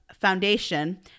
foundation